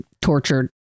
tortured